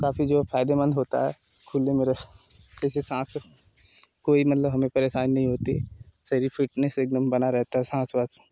काफी जो है फायदेमंद होता है खुले में रहने से सांस कोई मतलब हमें परेशानी नहीं होती सारी फिटनेस एकदम बना रहता है सांस वास